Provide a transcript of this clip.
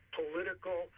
political